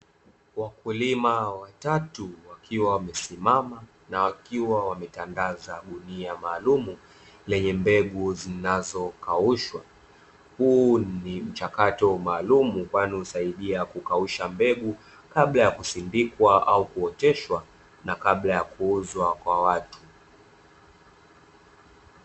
Wakulima watatu wakiwa wamesimama na wakiwa wametandaza gunia maalumu yenye mbegu zinazo kaushwa, huu ni mchakato maalumu kwani husaidia kukausha mbegu kabla ya kusindikwa au kuoteshwa na kabla ya kuuzwa kwa watu.